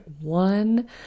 one